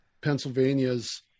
Pennsylvania's